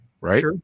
right